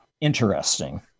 interesting